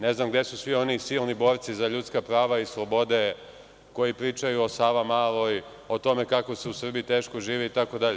Ne znam gde su svi oni silni borci za ljudska prava i slobode koji pričaju o „Savamaloj“, o tome kako se u Srbiji teško živi itd.